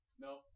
No